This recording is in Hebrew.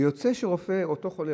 ויוצא שאותו חולה,